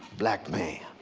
black man,